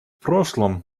прошлом